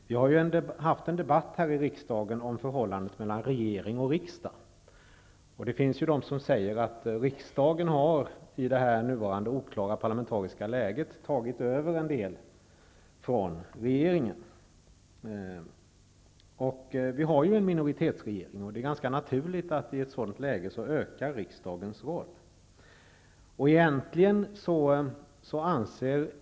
Vi har ju fört en debatt här i riksdagen om förhållandet mellan regering och riksdag. Det finns de som säger att riksdagen i det nuvarande, oklara parlamentariska läget har tagit över en del från regeringen. Vi har en minoritetsregering. Det är ganska naturligt att riksdagens roll i ett sådant läge blir större.